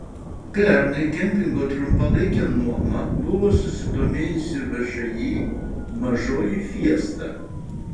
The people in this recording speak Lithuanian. pernai kempingo trumpalaike nuoma buvo susidomėjusi všį mažoji fiesta